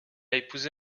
épousé